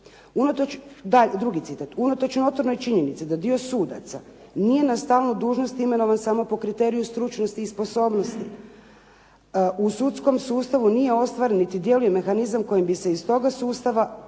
"Unatoč notornoj činjenici da dio sudaca nije na stalnoj dužnosti imenovan samo po kriteriju stručnosti i sposobnosti, u sudskom sustavu nije ostvaren niti djeluje mehanizam kojim bi se iz toga sustava eliminirali